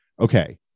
okay